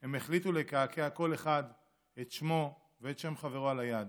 הם החליטו לקעקע כל אחד את שמו ואת שם חברו על היד